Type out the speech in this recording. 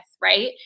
right